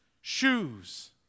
shoes